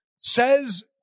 says